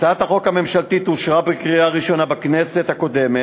הצעת החוק הממשלתית אושרה בקריאה ראשונה בכנסת הקודמת,